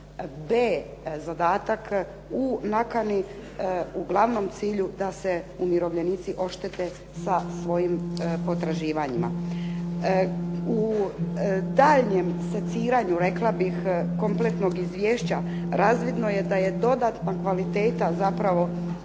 b) zadatak u nakani u glavnom cilju da se umirovljenici oštete sa svojim potraživanjima. U daljnjem seciranju rekla bih kompletnog izvješća razvidno je da je dodatna kvaliteta zapravo